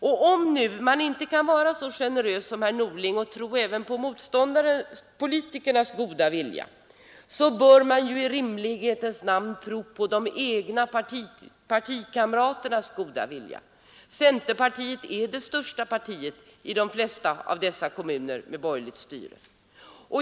Om man nu inte kan vara så generös som herr Norling och tro även på motståndarpolitikernas goda vilja, så bör man väl ändå i rimlighetens namn tro på partikamraternas goda vilja. Centerpartiet är det största partiet i de flesta av dessa kommuner med borgerligt styre.